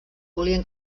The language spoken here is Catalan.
volien